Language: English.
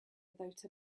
without